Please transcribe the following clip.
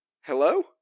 Hello